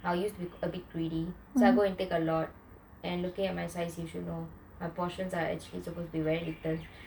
I used to be a bit greedy so I go and take a lot and looking at my size issues all my portions were actually supposed to be really little